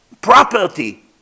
property